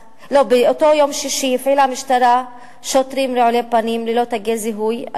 באותו יום שישי הפעילה המשטרה שוטרים רעולי פנים ללא תגי זיהוי,